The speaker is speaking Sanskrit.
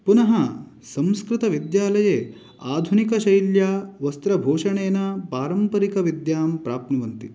पुनः संस्कृतविद्यालये आधुनिकशैल्या वस्त्रभूषणेन पारम्परिकविद्यां प्राप्नुवन्ति